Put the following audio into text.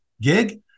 gig